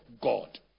God